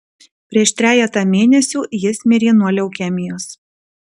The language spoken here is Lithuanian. prieš trejetą mėnesių jis mirė nuo leukemijos